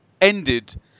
ended